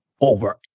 over